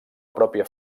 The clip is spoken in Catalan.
pròpia